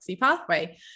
pathway